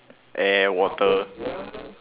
air water